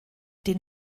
den